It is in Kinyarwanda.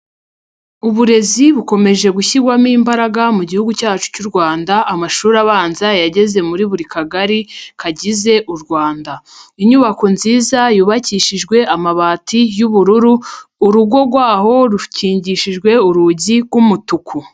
Uburezi bukomeje gushyirwamo imbaraga mu gihugu cyacu cy'u Rwanda, amashuri abanza yageze muri buri kagari kagize mu u Rwanda, inyubako nziza yubakishijwe amabati y'ubururu urugo rwaho rukingishijwe urugi rw'umutuku.